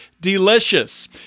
delicious